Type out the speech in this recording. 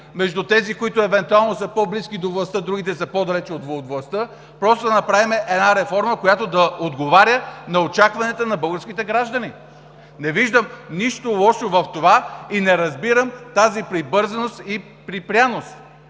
между тези, които евентуално са по-близки до властта, другите са по-далече от властта. Просто да направим една реформа, която да отговаря на очакванията на българските граждани. Не виждам нищо лошо в това и не разбирам тази прибързаност и припряност.